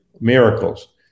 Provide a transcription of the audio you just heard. miracles